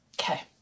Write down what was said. Okay